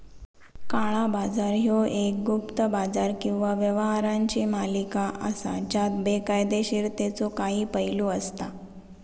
काळा बाजार ह्यो एक गुप्त बाजार किंवा व्यवहारांची मालिका असा ज्यात बेकायदोशीरतेचो काही पैलू असता